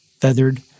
feathered